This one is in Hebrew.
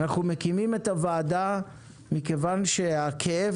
אנחנו מקימים את הוועדה מכיוון שהכאב